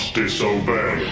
disobey